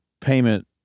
payment